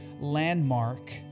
landmark